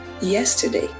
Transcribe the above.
yesterday